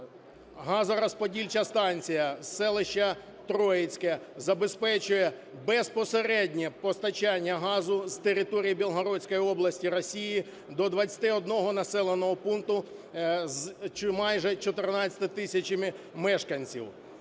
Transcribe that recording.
Газорозподільча станція селища Троїцьке забезпечує безпосереднє постачання газу з території Бєлгородської області Росії до двадцяти одного населеного пункту з майже 14 тисячами мешканців.